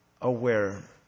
aware